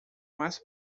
mais